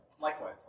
likewise